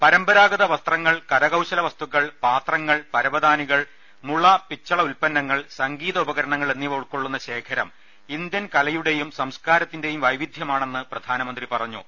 പരമ്പരാഗത വസ്ത്രങ്ങൾ കരകൌശല വസ്തുക്കൾ പാത്രങ്ങൾ പര വതാനികൾ മുള പിച്ചള ഉൽപ്പന്നങ്ങൾ സംഗീത ഉപക്രണങ്ങൾ എന്നിവ ഉൾക്കൊള്ളുന്ന ശേഖരം ഇന്ത്യൻ കലയുടേയും സംസ്കാരത്തിന്റെയും വൈവിധ്യമാണെന്ന് പ്രധാനമന്ത്രി പറഞ്ഞു